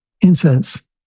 incense